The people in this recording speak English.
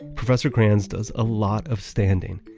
professor cranz does a lot of standing.